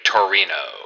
Torino